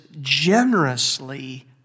generously